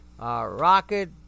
rocket